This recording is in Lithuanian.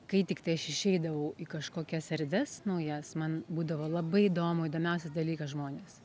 kai tiktai aš išeidavau į kažkokias erdves naujas man būdavo labai įdomu įdomiausias dalykas žmonės